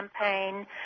campaign